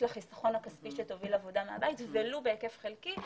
לחיסכון הכספי שתוביל עבודה מהבית ולו בהיקף חלקי.